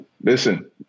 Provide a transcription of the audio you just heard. listen